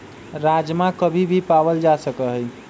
राजमा कभी भी पावल जा सका हई